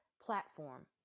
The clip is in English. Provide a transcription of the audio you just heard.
platform